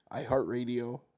iHeartRadio